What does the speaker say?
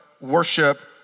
worship